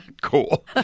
cool